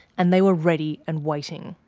and they were ready and waiting.